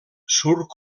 surt